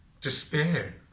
despair